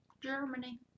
Germany